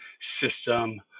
system